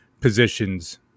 positions